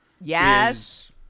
yes